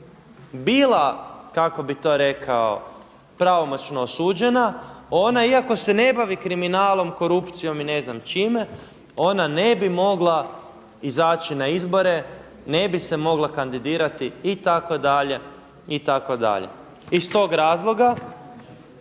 bila kako bi to rekao pravomoćno osuđena ona ikako se ne bavi kriminalom, korupcijom i ne znam čime ona ne bi mogla izaći na izbore, ne bi se mogla kandidirati itd. itd. Iz tog razloga